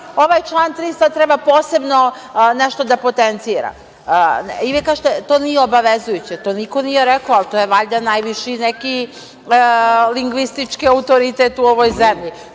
Ovaj član 3. treba posebno sada nešto da potencira. Kažete – to nije obavezujuće. To niko nije rekao, ali to je valjda najviši neki lingvistički autoritet u ovoj zemlji.